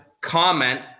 comment